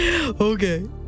Okay